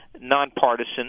nonpartisan